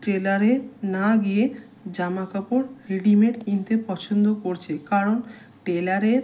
টেলারে না গিয়ে জামা কাপড় রেডিমেড কিনতে পছন্দ করছে কারণ টেলারের